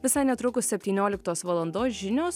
visai netrukus septynioliktos valandos žinios